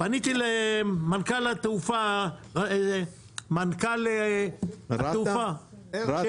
פניתי למנכ"ל התעופה, מנכ"ל התעופה של